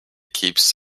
keeps